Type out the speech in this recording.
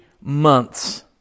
months